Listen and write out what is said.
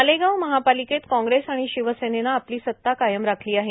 मालेगाव महापालिकेत कांग्रेस आणि शिवसेनेनं आपली सत्ता कायम राखली आहे